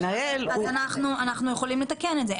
אנחנו יכולים לתקן את זה.